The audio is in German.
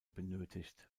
benötigt